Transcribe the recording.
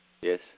Yes